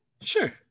Sure